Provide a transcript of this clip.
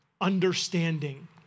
understanding